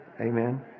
Amen